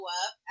up